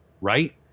right